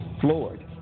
floored